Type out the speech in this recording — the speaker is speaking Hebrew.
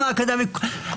גם אקדמאים,